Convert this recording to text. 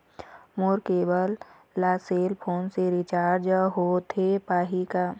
मोर cable ला cell phone से recharge होथे पाही का?